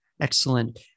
Excellent